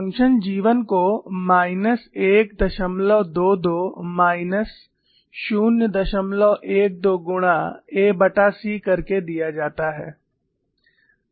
function G 1 को minus 122 minus 012 गुणा ac करके दिया जाता है